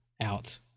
out